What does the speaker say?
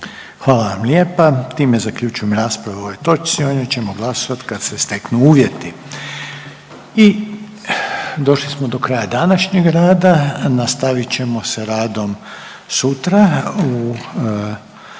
Hvala vam lijepa. Time zaključujem raspravu o ovoj točci. O njoj ćemo glasovati kad se steknu uvjeti. I došli smo do kraja današnjeg rada. Nastavit ćemo sa radom sutra u